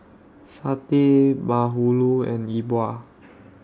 Satay Bahulu and Yi Bua